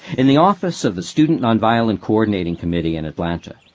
in the office of the student nonviolent coordinating committee in atlanta,